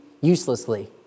uselessly